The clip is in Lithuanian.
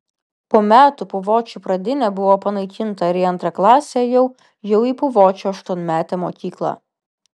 po metų puvočių pradinė buvo panaikinta ir į antrą klasę ėjau jau į puvočių aštuonmetę mokyklą